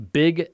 big